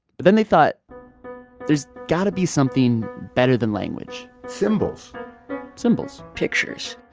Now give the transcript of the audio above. but then they thought there's got to be something better than language symbols symbols pictures.